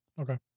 Okay